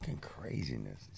craziness